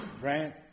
grant